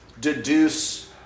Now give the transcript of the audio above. deduce